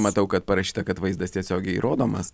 matau kad parašyta kad vaizdas tiesiogiai rodomas